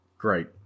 Great